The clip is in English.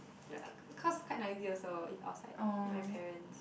ya cause quite noisy also if outside I have parents